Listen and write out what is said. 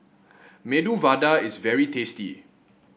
Medu Vada is very tasty